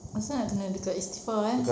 apasal kena dekat istighfar eh